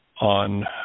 on